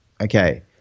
Okay